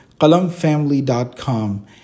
QalamFamily.com